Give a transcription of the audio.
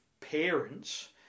parents